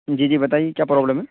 جی جی بتائیے کیا پروبلم ہے